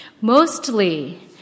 Mostly